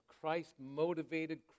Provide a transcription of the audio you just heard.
Christ-motivated